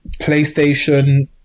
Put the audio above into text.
PlayStation